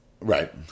Right